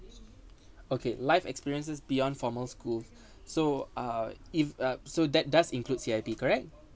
okay life experiences beyond formal school so uh if uh so that does include C_I_P correct